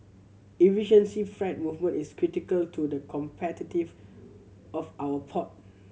efficiency freight movement is critical to the competitive of our port